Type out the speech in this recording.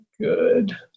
Good